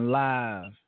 live